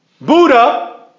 Buddha